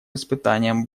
испытанием